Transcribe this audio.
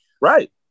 right